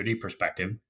perspective